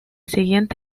siguiente